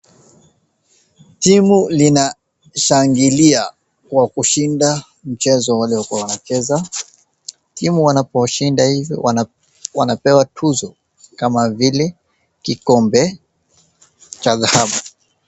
Timu linashangilia kwa kushinda mchezo waliokuwa wanacheza. Timu wanaposhinda hivi wanapewa tuzo kama vile kikombe cha dhahabu.